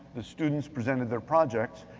the students presented their projects.